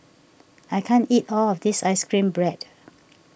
I can't eat all of this Ice Cream Bread